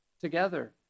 together